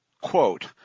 Quote